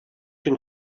can